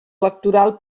electoral